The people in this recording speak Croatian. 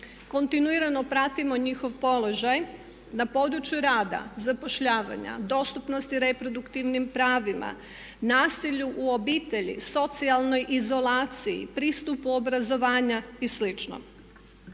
kontinuirano pratimo njihov položaj na području rada, zapošljavanja, dostupnosti reproduktivnim pravima, nasilju u obitelji, socijalnoj izolaciji, pristupu obrazovanju i